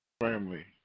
family